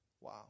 Wow